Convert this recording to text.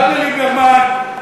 אחד לליברמן,